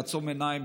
לעצום עיניים,